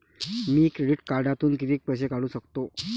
मी credit कार्डातून किती पैसे काढू शकतो?